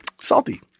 Salty